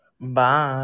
Bye